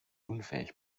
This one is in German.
unfähig